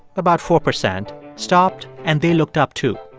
about four percent, stopped and they looked up, too.